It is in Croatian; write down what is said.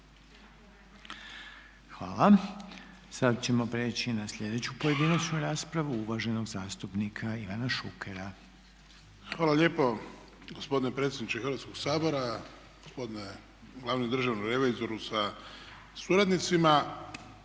Hvala. Sada ćemo prijeći na sljedeću pojedinačnu raspravu uvaženo zastupnik Ivana Šukera. **Šuker, Ivan (HDZ)** Hvala lijepo gospodine predsjedniče Hrvatskoga sabora, gospodine glavni državni revizoru sa suradnicima.